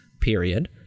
period